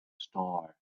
star